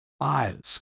eyes